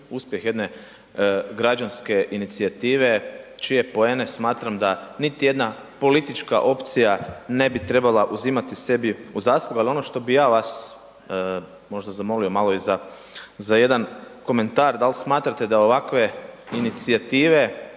uspjeh jedne građanske inicijative čije poene smatram da niti jedna politička opcija ne bi trebala uzimati sebi u zaslugu. Ali ono što bi ja vas možda zamolio i za jedan komentar, da li smatrate da ovakve inicijative